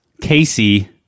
Casey